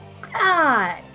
God